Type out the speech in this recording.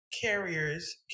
carriers